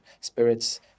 spirits